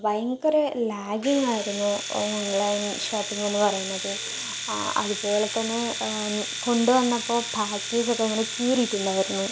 ഭയങ്കര ലാഗ്ഗിങ്ങായിരുന്നു online shopping എന്ന് പറയുന്നത് ആ അതുപോലെ തന്നെ കൊണ്ട് വന്നപ്പോൾ പാക്കേജൊക്കെ ഇങ്ങനെ കീറിയിട്ടുണ്ടായിരുന്നു